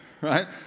right